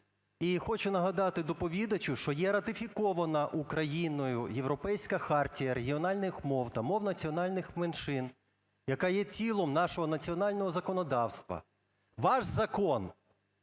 І хочу нагадати доповідачу, що є ратифікована Україною Європейська хартія регіональних мов та мов національних меншин, яка є тілом нашого національного законодавства. Ваш закон